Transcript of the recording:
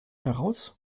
daraus